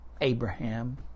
Abraham